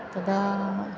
तदा